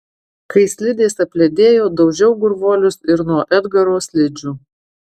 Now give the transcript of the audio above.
kai slidės apledėjo daužiau gurvuolius ir nuo edgaro slidžių